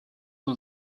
who